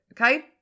okay